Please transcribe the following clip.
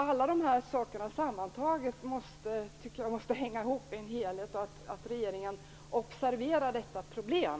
Allt detta sammantaget måste hänga ihop i en helhet. Regeringen måste observera detta problem.